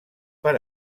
per